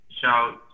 shout